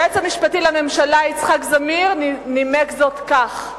היועץ המשפטי לממשלה יצחק זמיר נימק זאת כך: